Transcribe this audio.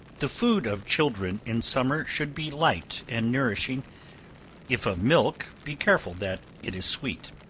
the food of children in summer, should be light and nourishing if of milk, be careful that it is sweet.